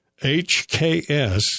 HKS